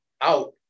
out